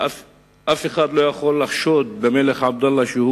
ואף אחד לא יכול לחשוד במלך עבדאללה שהוא